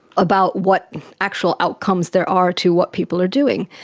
about what actual outcomes there are to what people are doing.